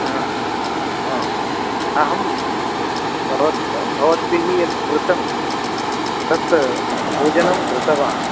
हा हा अहं बवत् भवद्भिः यत् कृतं तत् भोजनं कृतवान्